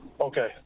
Okay